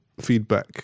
feedback